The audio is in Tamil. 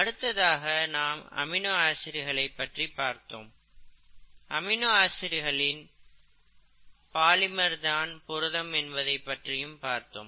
அடுத்ததாக நாம் அமினோ ஆசிட்டுகளை பற்றி பார்த்தோம் அமினோ ஆசிட்டுகலின் பாலிமர் தான் புரதம் என்பதை பற்றியும் பார்த்தோம்